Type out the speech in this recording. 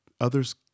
others